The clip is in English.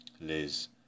Liz